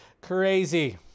crazy